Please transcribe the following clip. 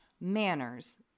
Manners